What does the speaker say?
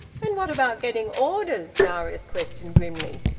and what about getting orders? darius questioned grimly.